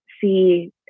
see